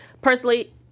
Personally